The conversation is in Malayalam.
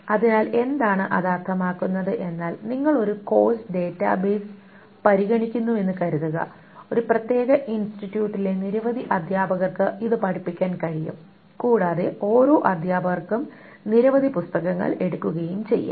അതിനാൽ എന്താണ് അത് അർത്ഥമാക്കുന്നത് എന്നാൽ നിങ്ങൾ ഒരു കോഴ്സ് ഡാറ്റാബേസ് പരിഗണിക്കുന്നുവെന്ന് കരുതുക ഒരു പ്രത്യേക ഇൻസ്റ്റിറ്റ്യൂട്ടിലെ നിരവധി അധ്യാപകർക്ക് ഇത് പഠിപ്പിക്കാൻ കഴിയും കൂടാതെ ഓരോ അധ്യാപകർക്കും നിരവധി പുസ്തകങ്ങൾ എടുക്കുകയും ചെയ്യാം